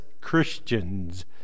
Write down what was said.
Christians